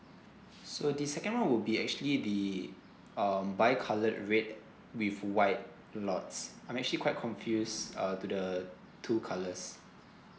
so the second one will be actually the um bi coloured red with white lots I'm actually quite confuse uh to the two colours